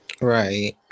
right